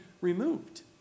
removed